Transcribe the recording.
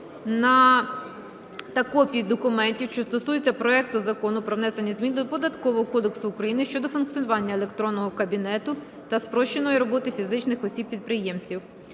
та копій документів, що стосуються проекту Закону "Про внесення змін до Податкового кодексу України щодо функціонування електронного кабінету та спрощення роботи фізичних осіб-підприємців".